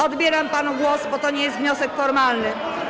Odbieram panu głos, bo to nie jest wniosek formalny.